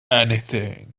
anything